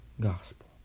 Gospel